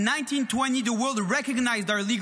In 1920 the world recognized our legal